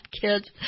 kids